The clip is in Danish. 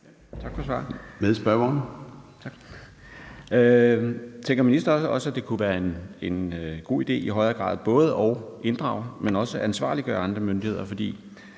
Tak for svaret. Tænker ministeren også, at det kunne være en god idé i højere grad både at inddrage, men også at ansvarliggøre andre myndigheder? For